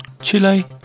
Chile